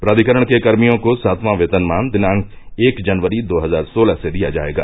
प्राधिकरण के कर्मियों को सातवां वेतनमान दिनांक एक जनवरी दो हजार सोलह से दिया जायेगा